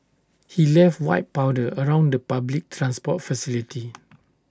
he left white powder around the public transport facility